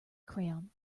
crayon